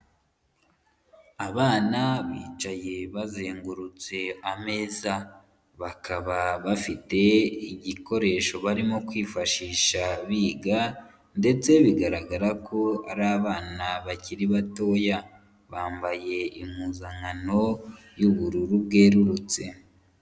Abana bicaye bazengurutse ameza, bakaba bafite igikoresho barimo kwifashisha biga ndetse bigaragara ko ari abana bakiri batoya, bambaye impuzankano y'ubururu bwerurutse.